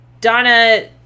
Donna